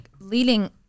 leading